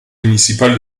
municipal